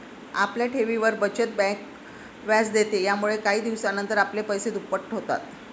आपल्या ठेवींवर, बचत बँक व्याज देते, यामुळेच काही दिवसानंतर आपले पैसे दुप्पट होतात